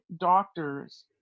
doctors